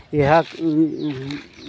ଏହା